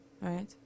right